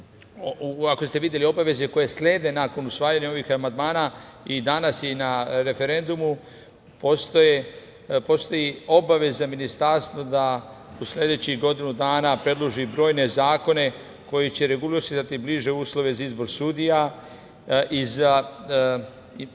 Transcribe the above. ako ste videli obaveze koje slede nakon usvajanja ovih amandmana i danas i na referendumu, postoji obaveza ministarstva da u sledećih godinu dana predloži brojne zakone koji će regulisati bliže uslove za izbor sudija i za